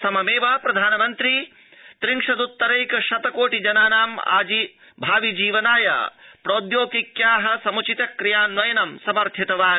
सममेव प्रधानमन्त्री श्रीमोदी त्रिशद्त्रैक शत कोटि जनाना भावि जीवनाय प्रौद्योगिक्याः समूचितक्रियान्वयन समर्थितवान्